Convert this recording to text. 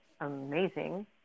amazing